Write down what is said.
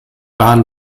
bahn